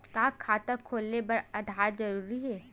का खाता खोले बर आधार जरूरी हे?